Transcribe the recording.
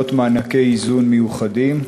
מקבלות מענקי איזון מיוחדים?